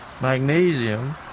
magnesium